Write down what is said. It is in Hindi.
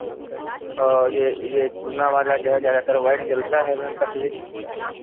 और ये ये चूना वाला जो है ज़्यादातर वाइट चलता है मैम पहले